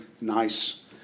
nice